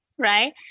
right